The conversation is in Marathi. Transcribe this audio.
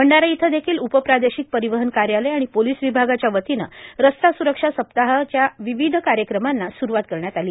भंडारा इथं देखिल उपप्रादेशिक परिवहन कार्यालय आणि पोलीस विभागाच्या वतीनं रस्ता सुरक्षा सप्ताहच्या विविध कार्यक्रमांना सुरूवात करण्यात आली